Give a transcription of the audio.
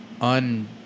Un